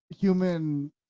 human